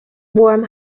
warm